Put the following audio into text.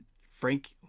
Frank